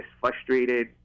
frustrated